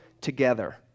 together